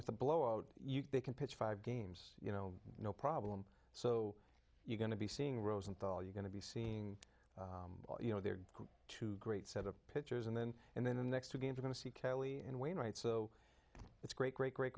with a blowout you can pitch five games you know no problem so you're going to seeing rosenthal you're going to be seeing you know there are two great set of pictures and then and then the next two games are going to see kelly and wayne right so it's great great great